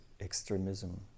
extremism